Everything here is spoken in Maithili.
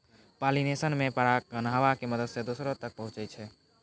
पालिनेशन मे परागकण हवा के मदत से दोसरो तक पहुचै छै